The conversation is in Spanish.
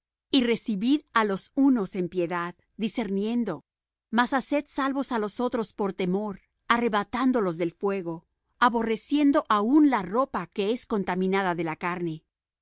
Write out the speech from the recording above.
y recibid á los unos en piedad discerniendo mas haced salvos á los otros por temor arrebatándolos del fuego aborreciendo aun la ropa que es contaminada de la carne